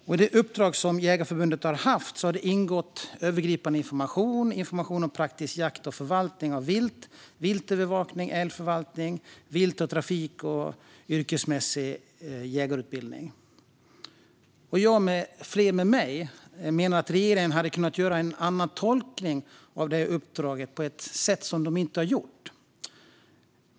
I det uppdrag som Jägareförbundet har haft har det ingått övergripande information, information om praktisk jakt och förvaltning av vilt, viltövervakning, älgförvaltning, vilt och trafik och yrkesmässig jägarutbildning. Jag och flera med mig menar att regeringen hade kunnat göra en annan tolkning av uppdraget än de gjort.